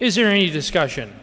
is there any discussion